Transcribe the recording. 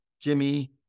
Jimmy